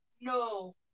no